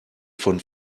von